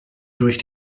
durch